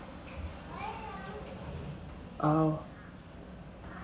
ah